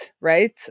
right